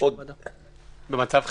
במצב חירום,